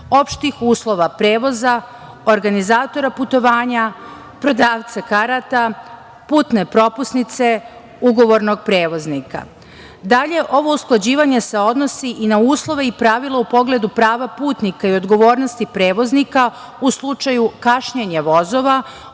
opštih uslova prevoza, organizatora putovanja, prodavca karata, putne propusnice, ugovornog prevoznika. Dalje, ovo usklađivanje se odnosi i nauslove i pravila u pogledu prava putnika i odgovornosti prevoznika u slučaju kašnjenja vozova,